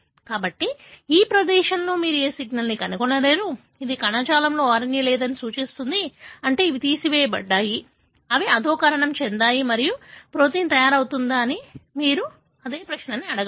కాబట్టి ఈ ప్రదేశంలో మీరు ఏ సిగ్నల్ని కనుగొనలేరు ఇది కణజాలంలో RNA లేదని సూచిస్తుంది అంటే అవి తీసివేయబడ్డాయి అవి అధోకరణం చెందాయి మరియు ప్రోటీన్ తయారవుతుందా అని మీరు అదే ప్రశ్న అడగవచ్చు